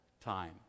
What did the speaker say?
time